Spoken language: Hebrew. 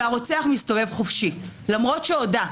והרוצח מסתובב חופשי, למרות שהודה.